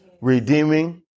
redeeming